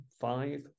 five